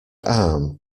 arm